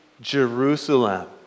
Jerusalem